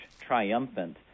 triumphant